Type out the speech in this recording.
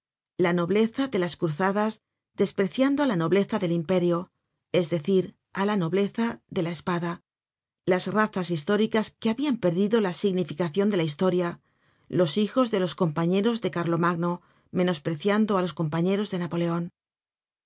la nobleza de las cruzadas despreciando á la nobleza del imperio es decir á la nobleza de la espada las razas históricas que habian perdido la significacion de la historia los hijos de los compañeros de carfomagno menospreciando á los compañeros de napoleon